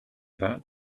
that